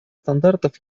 стандартов